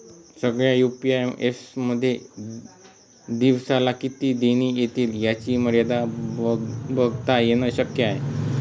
सगळ्या UPI apps मध्ये दिवसाला किती देणी एतील याची मर्यादा बघता येन शक्य आहे